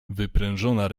wyprężona